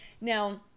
Now